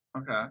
Okay